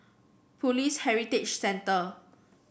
Police Heritage Center